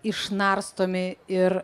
išnarstomi ir